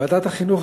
ועדת החינוך,